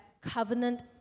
covenant